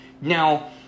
Now